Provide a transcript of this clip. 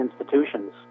institutions